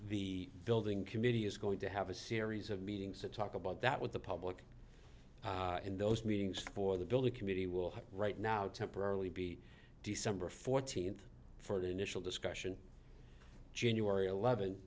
the building committee is going to have a series of meetings to talk about that with the public in those meetings for the bill the committee will have right now temporarily be december fourteenth for the initial discussion january eleven